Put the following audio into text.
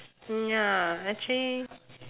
mm ya actually